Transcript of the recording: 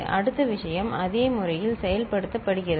அதே விஷயம் அதே முறையில் செயல்படுத்தப்படுகிறது